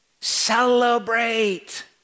Celebrate